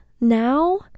now